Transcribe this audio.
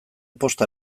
posta